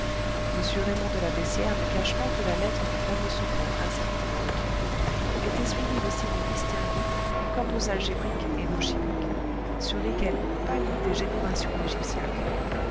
m raymond de la beyssière ne cache pas que la lettre du fameux secret inscrite dans le tombeau était suivie de signes mystérieux comme nos algébriques et nos chimiques sur lesquels ont pâli des générations